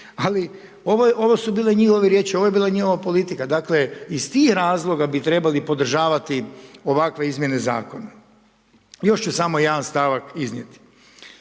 ali ovo su bile njihove riječi. Ovo je bila njihova politika. Dakle, iz tih razloga bi trebali podržavati ovakve izmjene zakona. Još ću samo jedan stavak iznijeti